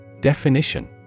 Definition